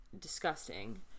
disgusting